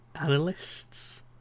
analysts